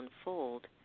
unfold